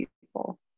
people